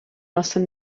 noson